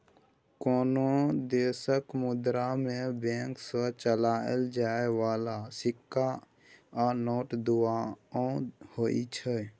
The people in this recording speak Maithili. कुनु देशक मुद्रा मे बैंक सँ चलाएल जाइ बला सिक्का आ नोट दुओ होइ छै